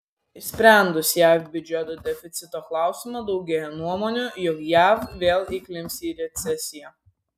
išsprendus jav biudžeto deficito klausimą daugėja nuomonių jog jav vėl įklimps į recesiją